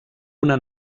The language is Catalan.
una